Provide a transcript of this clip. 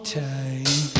time